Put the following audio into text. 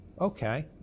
Okay